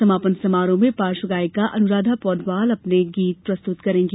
समापन समारोह में पार्श्व गायिका अनुराधा पोडवाल अपने गीत प्रस्तुत करेंगी